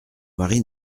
mari